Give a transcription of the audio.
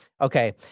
Okay